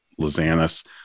Lozanis